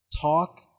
Talk